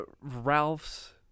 Ralph's